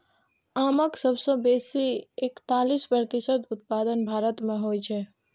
आमक सबसं बेसी एकतालीस प्रतिशत उत्पादन भारत मे होइ छै